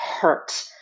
hurt